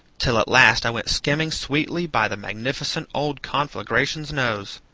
till at last i went skimming sweetly by the magnificent old conflagration's nose.